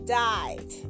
died